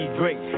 great